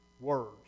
words